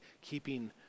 Keeping